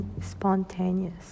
spontaneous